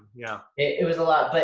yeah. it was a lot. but